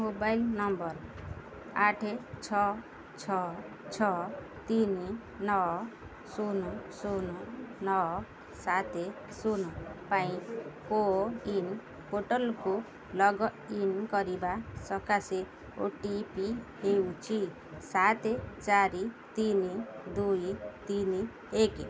mobile number ଆଠେ ଛଅ ଛଅ ଛଅ ତିନି ନଅ ଶୂନ ଶୂନ ନଅ ସାତେ ଶୂନ ପାଇଁ କୋୱିନ୍ ପୋର୍ଟାଲ୍କୁ ଲଗ୍ଇନ୍ କରିବା ସକାଶେ ଓ ଟି ପି ହେଉଛି ସାତେ ଚାରି ତିନି ଦୁଇ ତିନି ଏକେ